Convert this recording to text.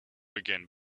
again